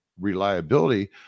reliability